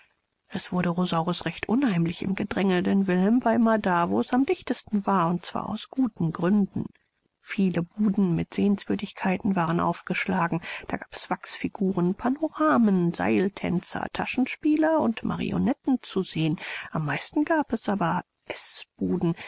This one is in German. es wurde rosaurus recht unheimlich im gedränge denn wilhelm war immer da wo es am dichtesten war und zwar aus guten gründen viele buden mit sehenswürdigkeiten waren aufgeschlagen da gab es wachsfiguren panoramen seiltänzer taschenspieler und marionetten zu sehen am meisten gab es aber